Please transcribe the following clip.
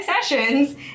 sessions